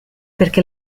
perché